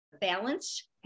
balance